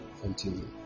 continue